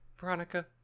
Veronica